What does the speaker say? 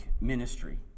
ministry